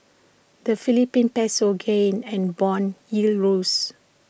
the Philippine Peso gained and Bond yields rose